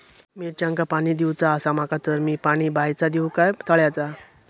मिरचांका पाणी दिवचा आसा माका तर मी पाणी बायचा दिव काय तळ्याचा?